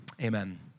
amen